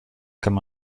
comme